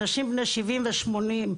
אלו אנשים בני 70 ובני 80,